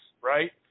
right